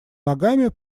ногами